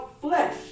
flesh